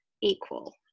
equal